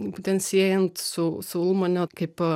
būtent siejant su su ulmanio kaip